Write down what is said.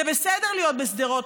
זה בסדר להיות בשדרות,